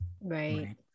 right